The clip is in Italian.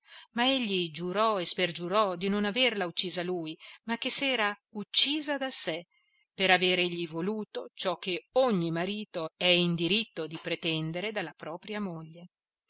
ma egli giurò e spergiurò di non averla uccisa lui ma che s'era uccisa da sé per aver egli voluto ciò che ogni marito è in diritto di pretendere dalla propria moglie